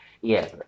Yes